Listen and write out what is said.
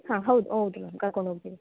ಹಾಂ ಹೌದು ಹೌದ್ ಮ್ಯಾಮ್ ಕರ್ಕೊಂಡು ಹೋಗ್ತೇವೆ